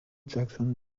jackson